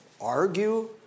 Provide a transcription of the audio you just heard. argue